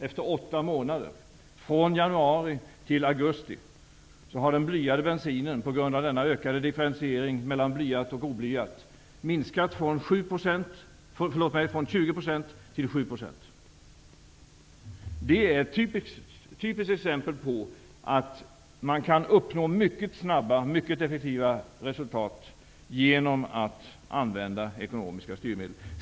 Efter åtta månader, från januari till augusti, har på grund av denna ökade differentiering mellan blyad och oblyad bensin användningen av den blyade bensinen minskat från 20 % till 7 %. Det är ett typiskt exempel på att man kan uppnå mycket snabba och effektiva resultat genom att använda ekonomiska styrmedel.